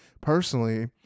personally